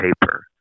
paper